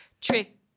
Trick